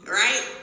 right